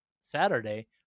Saturday